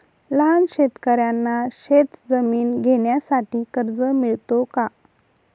लहान शेतकऱ्यांना शेतजमीन घेण्यासाठी कर्ज मिळतो का?